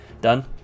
Done